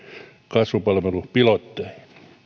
kasvupalvelupilotteihin